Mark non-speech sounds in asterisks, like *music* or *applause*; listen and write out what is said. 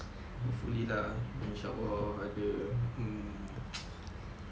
hopefully lah inshallah ada mm *noise*